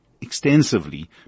extensively